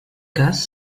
cas